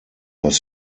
das